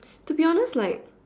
to be honest like